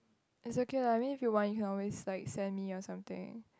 it's okay lah I mean if you want you can always like send me or something